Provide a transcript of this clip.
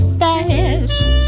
fast